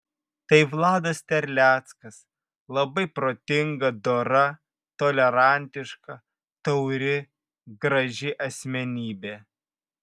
tai vladas terleckas labai protinga dora tolerantiška tauri graži asmenybė